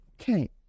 Okay